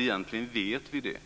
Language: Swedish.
Egentligen vet vi väl det,